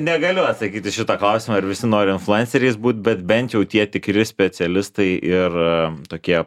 negaliu atsakyt į šitą klausimą ar visi nori influenceriais būt bet bent jau tie tikri specialistai ir tokie